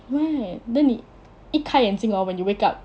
right then 你一开眼睛 hor when you wake up